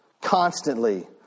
Constantly